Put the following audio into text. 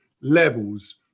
levels